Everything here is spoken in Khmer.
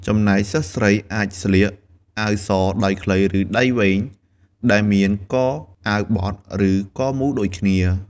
ចំណែកសិស្សស្រី អាចស្លៀក អាវសដៃខ្លី ឬដៃវែង ដែលមានកអាវបត់ ឬកមូលដូចគ្នា។